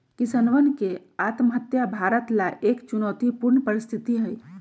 किसानवन के आत्महत्या भारत ला एक चुनौतीपूर्ण परिस्थिति हई